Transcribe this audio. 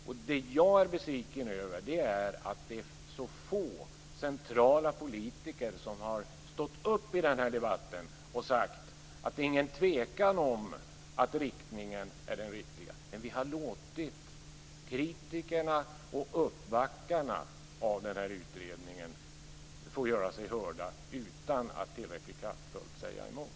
Det som jag är besviken över är att det är så få centrala politiker som har stått upp i den här debatten och sagt att det inte är något tvivel om att inriktningen är den rätta. Vi har låtit kritikerna och uppbackarna av den här utredningen få göra sig hörda utan att tillräckligt kraftfullt säga emot.